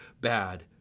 bad